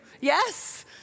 Yes